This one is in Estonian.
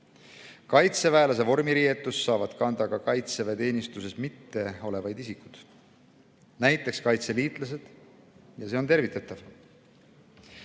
Kaitseväelase vormiriietust saavad kanda ka kaitseväeteenistuses mitte olevad isikud, näiteks kaitseliitlased. Ja see on tervitatav.